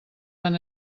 tan